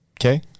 Okay